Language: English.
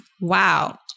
Wow